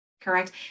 Correct